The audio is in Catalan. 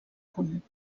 punt